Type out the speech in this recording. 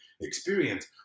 experience